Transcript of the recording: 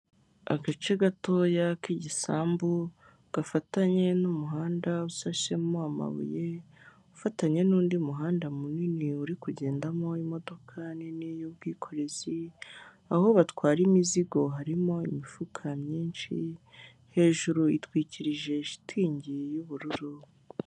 Agace gatoya k'igisambu gafatanye n'umuhanda usashemo amabuye ufatanye n'undi muhanda munini uri kugendamo imodoka nini y'ubikorezi, aho batwara imizigo harimo imifuka myinshi hejuru itwikirije shitingi y'ubururu.